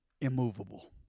Immovable